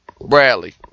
Bradley